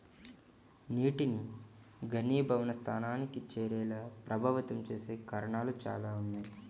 నీటిని ఘనీభవన స్థానానికి చేరేలా ప్రభావితం చేసే కారణాలు చాలా ఉన్నాయి